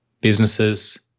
businesses